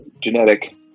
genetic